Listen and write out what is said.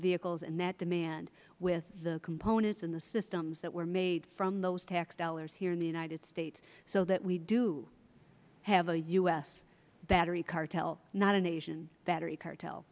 vehicles and that demand with the components and the systems that were made from those tax dollars here in the united states so that we do have a u s battery cartel not asian battery cartel